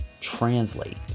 translate